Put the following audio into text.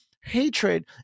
hatred